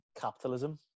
capitalism